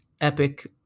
epic